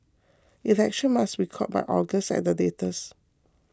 elections must be called by August at the latest